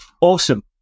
Awesome